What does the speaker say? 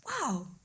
wow